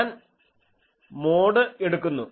ഞാൻ മോഡ് എടുക്കുന്നു